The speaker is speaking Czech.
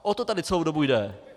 O to tady celou dobu jde.